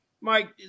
Mike